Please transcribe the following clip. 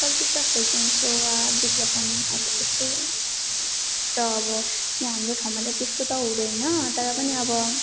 चलचित्र फेसन सो वा विज्ञापन अब त्यस्तो त अब यहाँ हाम्रो ठाउँमा त त्यस्तो त हुँदैन तर पनि अब